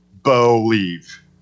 Believe